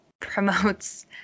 promotes